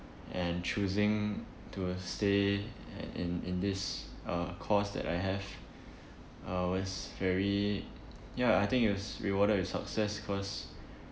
and choosing to stay in in in this uh course that I have uh was very ya I think it was rewarded with success cause